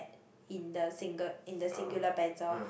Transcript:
in the single in the singular pencil